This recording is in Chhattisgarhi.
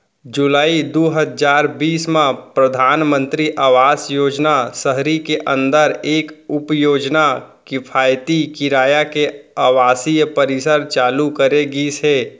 जुलाई दू हजार बीस म परधानमंतरी आवास योजना सहरी के अंदर एक उपयोजना किफायती किराया के आवासीय परिसर चालू करे गिस हे